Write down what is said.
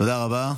תודה רבה.